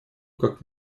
как